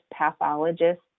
pathologists